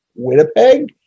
Winnipeg